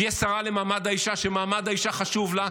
יש שרה למעמד האישה שמעמד האישה חשוב לה,